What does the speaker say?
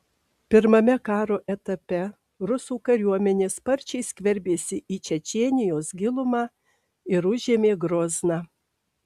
pirmame karo etape rusų kariuomenė sparčiai skverbėsi į čečėnijos gilumą ir užėmė grozną